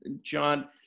John